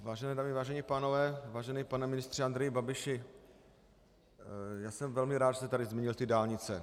Vážené dámy, vážení pánové, vážený pane ministře Andreji Babiši, já jsem velmi rád, že jste tady zmínil ty dálnice.